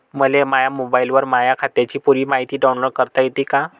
मले माह्या मोबाईलवर माह्या खात्याची पुरी मायती डाऊनलोड करता येते का?